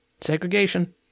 Segregation